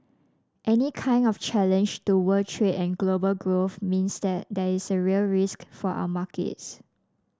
any kind of challenge to world trade and global growth means that there is real risk for our markets